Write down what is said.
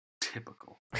Typical